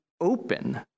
open